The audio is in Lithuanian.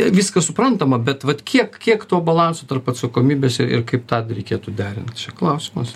viskas suprantama bet vat kiek kiek to balanso tarp atsakomybės ir kaip tą reikėtų derint čia klausimas